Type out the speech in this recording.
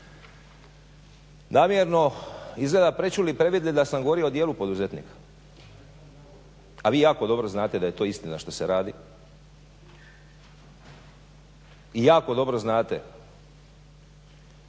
namjerno izgleda prečuli i previdjeli da sam govorio o dijelu poduzetnika, a vi jako dobro znate da je to istina što se radi i jako dobro znate